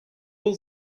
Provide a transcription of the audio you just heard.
all